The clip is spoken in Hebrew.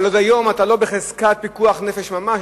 אבל היום זה עוד לא בחזקת פיקוח נפש ממש,